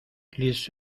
les